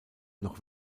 noch